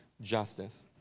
justice